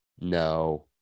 no